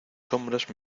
sombras